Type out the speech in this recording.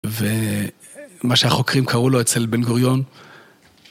ומה שהחוקרים קראו לו אצל בן גוריון..